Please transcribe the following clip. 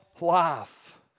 life